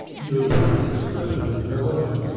you have heard the description. is there a motion?